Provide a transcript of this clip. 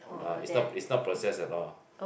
ah it's not it's not processed at all